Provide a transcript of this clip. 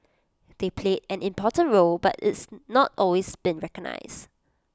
they played an important role but it's not always been recognised